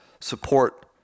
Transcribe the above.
support